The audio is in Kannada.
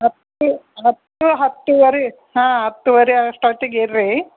ಹತ್ತು ಹತ್ತು ಹತ್ತೂವರೆ ಹಾಂ ಹತ್ತೂವರೆ ಅಷ್ಟೊತ್ತಿಗೆ ಇರಿ